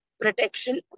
protection